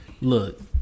Look